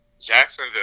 Jacksonville